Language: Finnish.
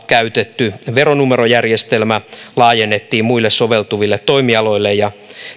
käytetty veronumerojärjestelmä laajennettiin muille soveltuville toimialoille